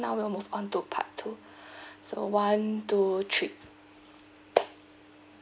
now we'll move on to part two so one two three